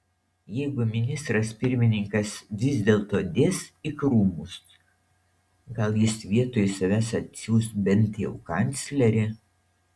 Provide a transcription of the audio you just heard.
jeigu ministras pirmininkas vis dėlto dės į krūmus gal jis vietoj savęs atsiųs bet jau kanclerį